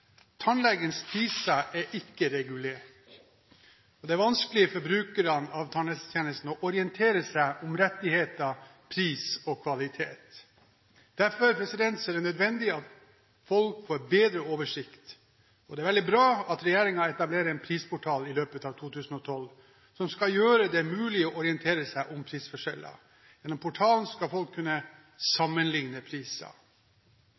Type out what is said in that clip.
er ikke regulert, og det er vanskelig for brukere av tannhelsetjenesten å orientere seg om rettigheter, pris og kvalitet. Derfor er det nødvendig at folk får bedre oversikt. Det er veldig bra at regjeringen etablerer en prisportal i løpet av 2012, som skal gjøre det mulig å orientere seg om prisforskjeller. Gjennom portalen skal folk kunne sammenligne priser.